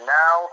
now